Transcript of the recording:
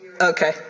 Okay